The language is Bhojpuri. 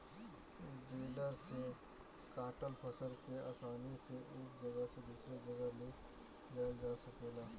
बेलर से काटल फसल के आसानी से एक जगह से दूसरे जगह ले जाइल जा सकेला